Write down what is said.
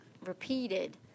repeated